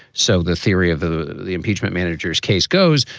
so the theory of the the impeachment managers case goes,